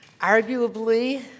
Arguably